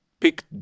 Pick